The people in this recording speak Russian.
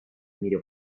мире